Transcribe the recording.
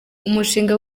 umushinga